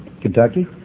Kentucky